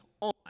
on